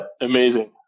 Amazing